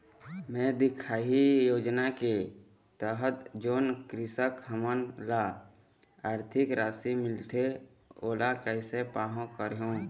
मैं दिखाही योजना के तहत जोन कृषक हमन ला आरथिक राशि मिलथे ओला कैसे पाहां करूं?